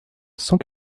cent